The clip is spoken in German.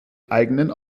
eigenen